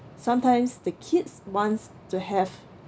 sometimes the kids wants to have